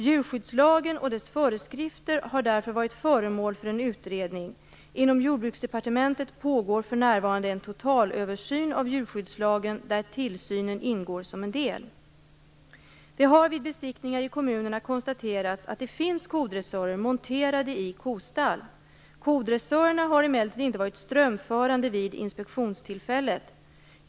Djurskyddslagen och dess föreskrifter har därför varit föremål för en utredning. Inom Jordbruksdepartementet pågår för närvarande en totalöversyn av djurskyddslagen där tillsynen ingår som en del. Det har vid besiktningar i kommunerna konstaterats att det finns kodressörer monterade i kostall. Kodressörerna har emellertid inte varit strömförande vid inspektionstillfället.